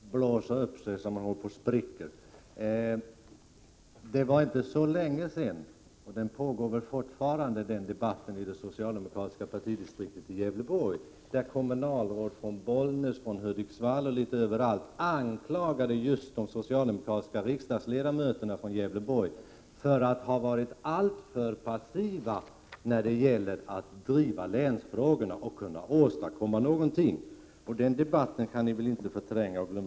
Herr talman! Nu tror jag socialdemokraterna blåser upp sig så att de håller på att spricka. Det var inte så länge sedan det fördes en debatt i det socialdemokratiska partidistriktet i Gävleborg — den pågår väl fortfarande — där kommunalråd från bl.a. Bollnäs och Hudiksvall anklagade de socialdemokratiska riksdagsledamöterna från Gävleborg för att ha varit alltför passiva när det gällt att driva länsfrågorna och åstadkomma någonting. Den Prot. 1987/88:127 debatten kan ni väl inte ha glömt bort så snabbt!